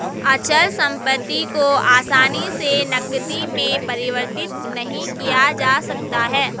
अचल संपत्ति को आसानी से नगदी में परिवर्तित नहीं किया जा सकता है